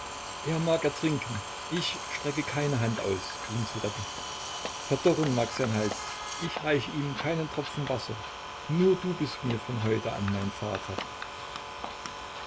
er mag ertrinken ich strecke keine hand aus ihn zu retten verdorren mag sein hals ich reich ihm keinen tropfen wasser nur du bist mir von heute an mein vater